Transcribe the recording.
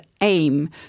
aim